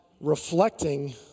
reflecting